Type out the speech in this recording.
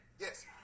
Yes